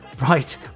Right